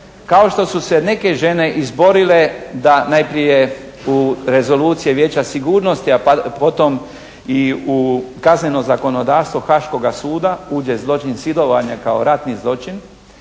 Kao što su se neke žene izborile da najprije u Rezoluciji Vijeća sigurnosti a potom i u kazneno zakonodavstvo Haškoga suda uđe zločin silovanja kao ratni zločin,